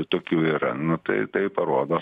tokių yra nu tai tai parodo